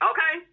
Okay